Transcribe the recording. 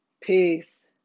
Peace